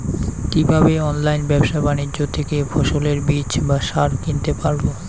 কীভাবে অনলাইন ব্যাবসা বাণিজ্য থেকে ফসলের বীজ বা সার কিনতে পারবো?